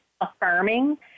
affirming